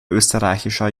österreichischer